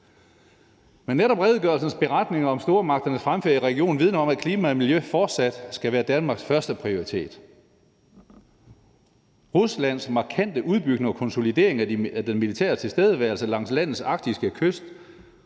Men netop redegørelsens beretning om stormagternes fremfærd i regionen vidner om, at klima og miljø fortsat skal være Danmarks førsteprioritet. Ruslands markante udbygning og konsolidering af den militære tilstedeværelse langs landets arktiske kyst